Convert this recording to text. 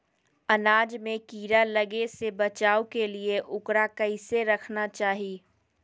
अनाज में कीड़ा लगे से बचावे के लिए, उकरा कैसे रखना चाही?